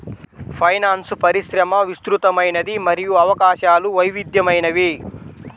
finance పరిశ్రమ విస్తృతమైనది మరియు అవకాశాలు వైవిధ్యమైనవి